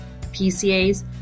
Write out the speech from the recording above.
PCAs